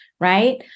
right